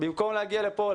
במקום להגיע לפה,